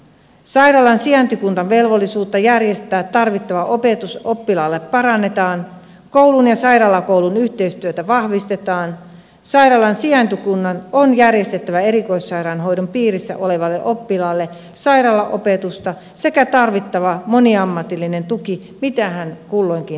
sairaalan sijaintikunnan velvollisuutta järjestää tarvittava opetus oppilaalle parannetaan koulun ja sairaalakoulun yhteistyötä vahvistetaan sairaalan sijaintikunnan on järjestettävä erikoissairaanhoidon piirissä olevalle oppilaalle sairaalaopetusta sekä tarvittava moniammatillinen tuki mitä hän kulloinkin tarvitsee